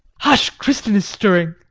hush, kristin is stirring!